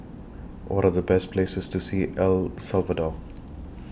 What Are The Best Places to See El Salvador